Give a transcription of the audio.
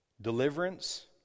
deliverance